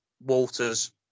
Walters